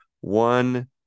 one